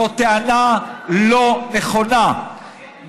זו טענה לא נכונה.